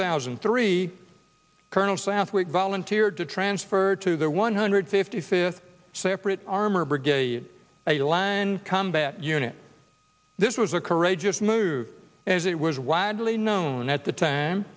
thousand and three colonel southwick volunteered to transfer to the one hundred fifty fifth separate armored brigade a land combat unit this was a courageous move as it was widely known at the time